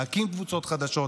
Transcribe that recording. להקים קבוצות חדשות,